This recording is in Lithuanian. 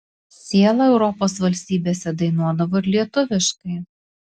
siela europos valstybėse dainuodavo ir lietuviškai